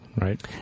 right